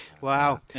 wow